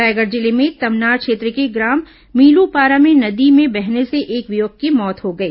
रायगढ़ जिले में तमनार क्षेत्र के ग्राम मीलूपारा में नदी में बहने से एक युवक की मौत हो गई